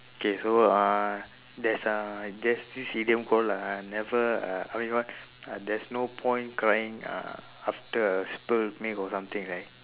okay so uh there's a there's this idiom called lah I never uh I mean what uh there's no point crying uh after a spilled milk or something right